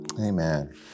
Amen